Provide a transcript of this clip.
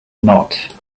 not